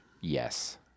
Yes